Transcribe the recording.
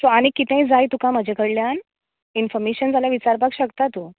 so आनी कितेंय जाय तुका म्हजे कडल्यान इन्फोमेशन जाल्यार विचारपाक शकता तूं